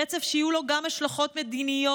רצף שיהיו לו גם השלכות מדיניות,